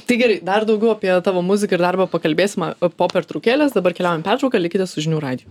tai gerai dar daugiau apie tavo muziką ir darbą pakalbėsime po pertraukėlės dabar keliaujam į pertrauką likite su žinių radiju